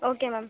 okay ma'am